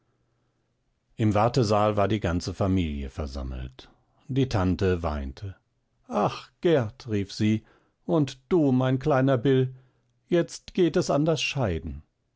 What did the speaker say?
im wartesaal war die ganze familie versammelt die tante weinte ach gert rief sie und du mein kleiner bill jetzt geht es an das scheiden